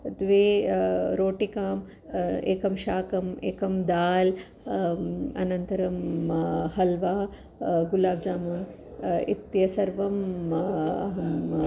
द्वे रोटिकाम् एकं शाकम् एकं दाल् अनन्तरं हल्वा गुलाब् जामून् इत्यत् सर्वम् अहम्